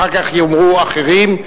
אחר כך יאמרו אחרים,